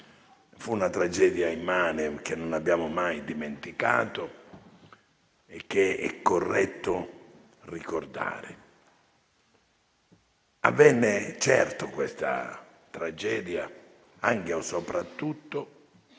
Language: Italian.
Fu una tragedia immane, che non abbiamo mai dimenticato e che è corretto ricordare. Certo, questa tragedia avvenne anche e soprattutto